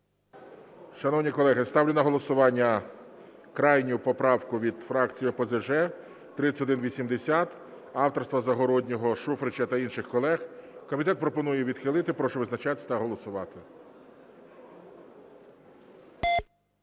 Шановні колеги, ставлю на голосування крайню поправку від фракції ОПЗЖ 3180 авторства Загороднього, Шуфрича та інших колег. Комітет пропонує її відхилити. Прошу визначатися та голосувати.